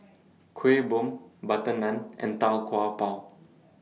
Kuih Bom Butter Naan and Tau Kwa Pau